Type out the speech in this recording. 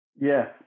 Yes